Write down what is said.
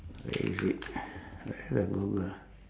where is it where the google